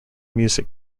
music